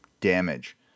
damage